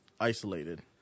isolated